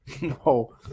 No